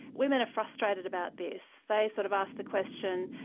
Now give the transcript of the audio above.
women are frustrated about this. they sort of ask the question,